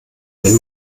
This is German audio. wenn